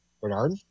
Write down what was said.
Bernard